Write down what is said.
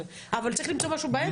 אבל צריך למצוא משהו באמצע.